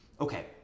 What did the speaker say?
okay